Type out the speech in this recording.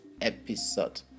episode